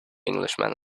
englishman